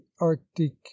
arctic